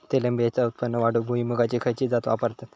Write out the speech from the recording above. तेलबियांचा उत्पन्न वाढवूक भुईमूगाची खयची जात वापरतत?